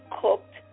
Cooked